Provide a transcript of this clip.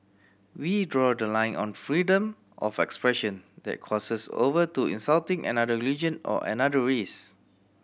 we draw the line on freedom of expression that crosses over to insulting another religion or another race